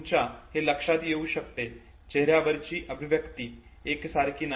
तुमच्या हे लक्षात येऊ शकते चेहऱ्याची अभिव्यक्ती एकसारखी नाही